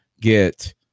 get